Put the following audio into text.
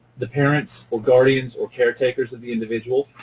the parents or guardians or caretakers of the individual,